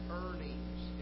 earnings